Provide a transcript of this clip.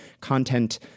content